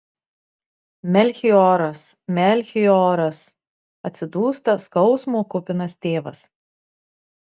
melchioras melchioras atsidūsta skausmo kupinas tėvas